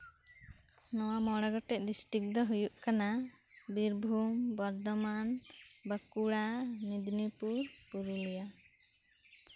ᱱᱚᱶᱟ ᱢᱚᱬᱮ ᱜᱚᱴᱮᱱ ᱰᱤᱥᱴᱨᱤᱠ ᱫᱚ ᱦᱳᱭᱳᱜ ᱠᱟᱱᱟ ᱵᱤᱨᱵᱷᱩᱢ ᱵᱚᱨᱫᱷᱚᱢᱟᱱ ᱵᱟᱸᱠᱩᱲᱟ ᱢᱮᱫᱽᱱᱤᱯᱩᱨ ᱯᱩᱨᱩᱞᱤᱭᱟ